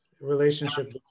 relationship